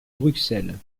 bruxelles